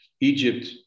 Egypt